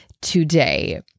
today